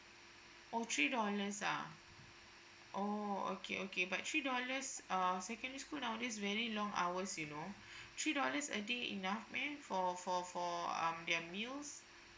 oh three dollars ah oh okay okay but three dollars err secondary school now is very long hours you know three dollars a day enough meh for for for um their meals